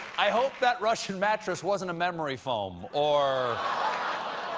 i hope that russian mattress wasn't a memory foam or